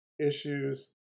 issues